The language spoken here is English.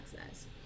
access